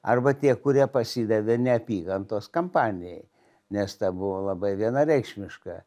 arba tie kurie pasidavė neapykantos kampanijai nes ta buvo labai vienareikšmiška